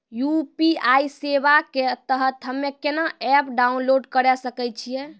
UPI सेवा के तहत हम्मे केना एप्प डाउनलोड करे सकय छियै?